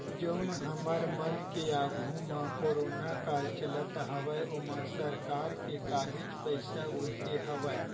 जउन हमर मन के आघू म कोरोना काल चलत हवय ओमा सरकार के काहेच पइसा उरके हवय